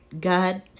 God